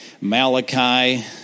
Malachi